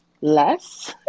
less